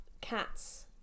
cats